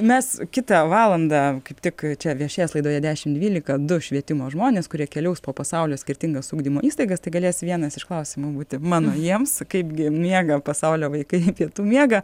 mes kitą valandą kaip tik čia viešės laidoje dešimt dvylika du švietimo žmonės kurie keliaus po pasaulio skirtingas ugdymo įstaigas tai galės vienas iš klausimų būti mano jiems kaipgi miega pasaulio vaikai pietų miegą